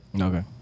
Okay